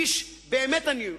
איש באמת אמין,